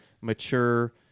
mature